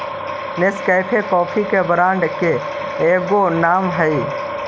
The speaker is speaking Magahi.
नेस्कैफे कॉफी के ब्रांड के एगो नाम हई